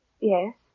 Yes